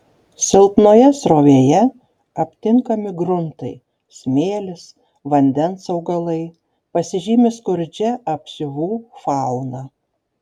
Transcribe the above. silpnoje srovėje aptinkami gruntai smėlis vandens augalai pasižymi skurdžia apsiuvų fauna